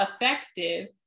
effective